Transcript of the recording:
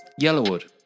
Yellowwood